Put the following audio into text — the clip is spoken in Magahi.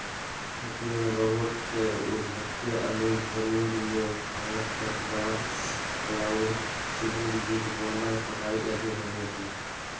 खेती में रोबोट के उभरते अनुप्रयोग मे खरपतवार, क्लाउड सीडिंग, बीज बोना, कटाई आदि होवई हई